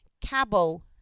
Cabo